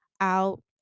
out